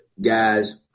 guys